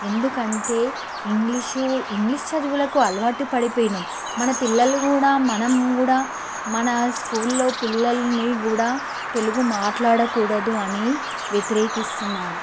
ఎందుకంటే English English చదువులకు అలవాటు పడిపోయినం మన పిల్లలు గూడా మనం కూడా మన స్కూల్లో పిల్లలని కూడా తెలుగు మాట్లాడకూడదు అని వ్యతిరేకిస్తున్నారు